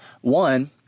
one